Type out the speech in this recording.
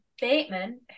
Bateman